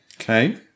Okay